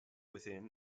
within